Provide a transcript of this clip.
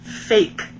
fake